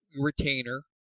Retainer